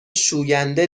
شوینده